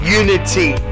unity